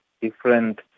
different